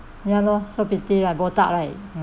ya lor so pity like botak right